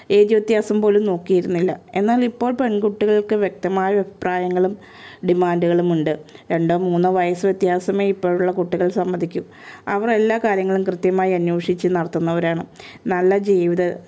age വ്യത്യാസം പോലും നോക്കിയിരുന്നില്ല എന്നാൽ ഇപ്പോൾ പെൺകുട്ടികൾക്ക് വ്യക്തമായ അഭിപ്രായങ്ങളും ഡിമാൻഡുകളും ഉണ്ട് രണ്ടോ മൂന്നോ വയസ്സ് വ്യത്യാസമേ ഇപ്പോഴുള്ള കുട്ടികൾ സമ്മതിക്കൂ അവർ എല്ലാ കാര്യങ്ങളും കൃത്യമായി അന്വേഷിച്ച് നടത്തുന്നവരാണ് നല്ല ജീവിത